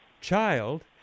child